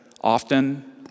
often